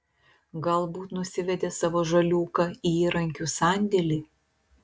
galbūt nusivedė savo žaliūką į įrankių sandėlį